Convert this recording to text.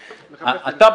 -- -אתה,